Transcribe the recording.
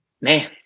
man